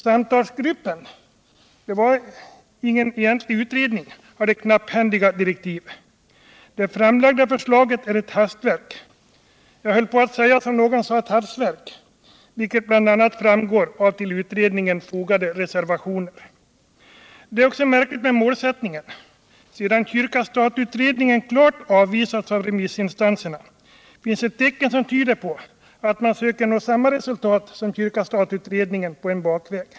Samtalsgruppen —det var ingen egentlig utredning — hade knapphändiga direktiv. Det framlagda förslaget är ett hastverk — jag höll på att säga, som någon sagt, ett hafsverk — vilket bl.a. framgår av till utredningen fogade reservationer. Det är också märkligt med målsättningen. Sedan kyrka-stat-utredningen klart avvisats av remissinstanserna, finns det tecken som tyder på att man söker nå samma resultat som kyrka-stat-utredningen på en bak väg.